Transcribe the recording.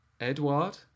Edward